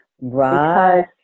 Right